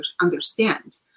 understand